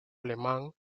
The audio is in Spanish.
alemán